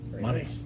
Money